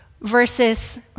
versus